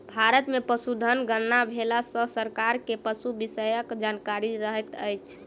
भारत मे पशुधन गणना भेला सॅ सरकार के पशु विषयक जानकारी रहैत छै